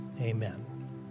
Amen